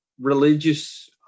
religious